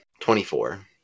24